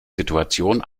situation